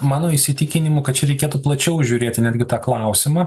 mano įsitikinimu kad čia reikėtų plačiau žiūrėti netgi tą klausimą